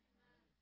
Amen